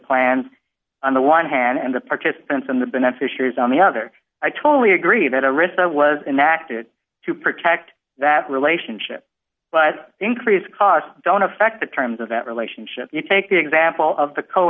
plans on the one hand and the participants in the beneficiaries on the other i totally agree that a risk was enacted to protect that relationship but increase costs don't affect the terms of that relationship you take the example of the co